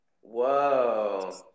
Whoa